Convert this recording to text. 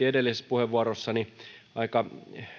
edellisessä puheenvuorossani aika